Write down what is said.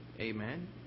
Amen